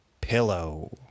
pillow